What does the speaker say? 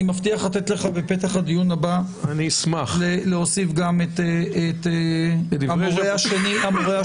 אני מבטיח לתת לך בפתח הדיון הבא להוסיף גם את דברי המורה השני לחבורה.